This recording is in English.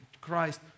Christ